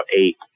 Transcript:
eight